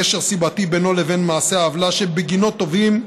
קשר סיבתי בינו לבין מעשה העוולה שבגינו תובעים,